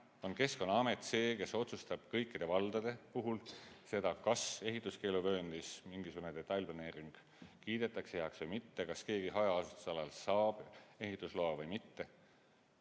Keskkonnaamet see, kes otsustab kõikide valdade puhul seda, kas ehituskeeluvööndis mingisugune detailplaneering kiidetakse heaks või mitte, kas keegi hajaasustusalal saab ehitusloa või mitte.